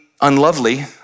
unlovely